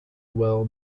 well